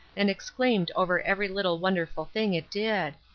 and exclaimed over every little wonderful thing it did.